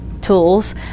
tools